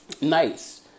nice